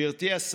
טוב, רבותיי,